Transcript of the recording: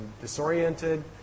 disoriented